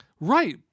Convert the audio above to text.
Right